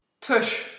Tush